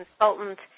consultant